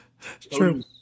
True